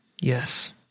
yes